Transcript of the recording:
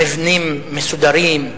מבנים מסודרים,